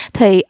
Thì